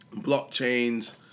blockchains